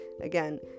again